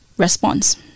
response